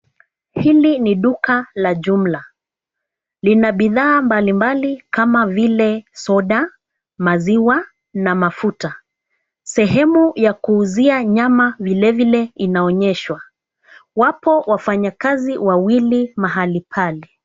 Hili ni duka la jumla, lina bidhaa mbalimbali kama vile soda, maziwa na mafuta. Sehemu ya kuuzia nyama vilevile inaonyeshwa, wapo wafanyakazi wawili mahali pale.